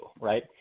right